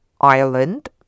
Ireland